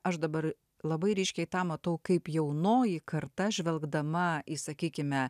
aš dabar labai ryškiai tą matau kaip jaunoji karta žvelgdama į sakykime